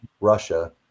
Russia